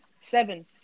seven